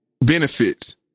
benefits